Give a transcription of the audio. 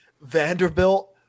Vanderbilt